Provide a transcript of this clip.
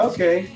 Okay